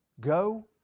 Go